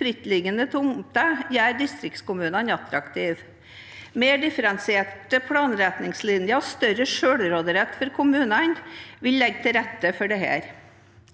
frittliggende tomter gjør distriktskommunene attraktive. Mer differensierte planretningslinjer og større selvråderett for kommunene vil legge til rette for dette.